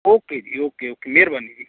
okay ਜੀ okay okay ਮਿਹਰਬਾਨੀ ਜੀ